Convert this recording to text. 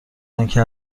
آنکه